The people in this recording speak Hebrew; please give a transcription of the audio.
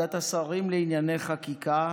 בוועדת השרים לענייני חקיקה,